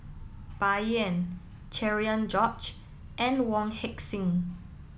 Bai Yan Cherian George and Wong Heck Sing